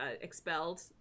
expelled